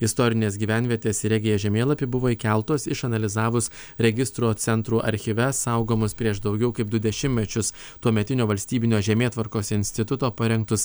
istorinės gyvenvietės į regija žemėlapį buvo įkeltos išanalizavus registro centrų archyve saugomus prieš daugiau kaip du dešimtmečius tuometinio valstybinio žemėtvarkos instituto parengtus